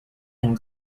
and